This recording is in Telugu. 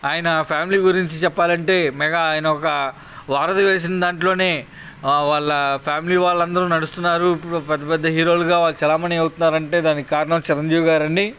ఆయన ఫ్యామిలీ గురించి చెప్పాలంటే మెగా ఆయన ఒక వారధి వేసిన దాంట్లోనే వాళ్ళ ఫ్యామిలీ వాళ్ళందరూ నడుస్తున్నారు ఇప్పుడు పెద్ద పెద్ద హీరోలుగా వాళ్ళు చలామని అవుతున్నారంటే దానికి కారణం చిరంజీవి గారండి